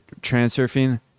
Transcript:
transurfing